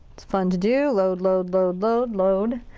it's fun to do. load, load, load, load, load.